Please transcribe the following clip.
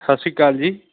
ਸਤਿ ਸ਼੍ਰੀ ਅਕਾਲ ਜੀ